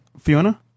Fiona